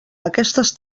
aquestes